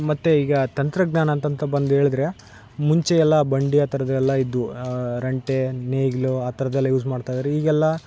ಮತ್ತು ಈಗ ತಂತ್ರಜ್ಞಾನ ಅಂತಂತ ಬಂದೇಳಿದರೆ ಮುಂಚೆಯೆಲ್ಲ ಬಂಡೆ ಥರದ್ದು ಎಲ್ಲ ಇದ್ವು ರಂಟೆ ನೇಗಿಲು ಆ ಥರದೆಲ್ಲ ಯೂಸ್ ಮಾಡ್ತಾಯಿದ್ರು ಈಗೆಲ್ಲ